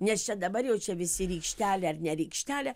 nes čia dabar jau čia visi rykštelė ar ne rykštelė